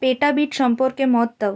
petabit সম্পর্কে মত দাও